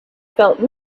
felt